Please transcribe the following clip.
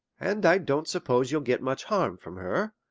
and i don't suppose you'll get much harm from her,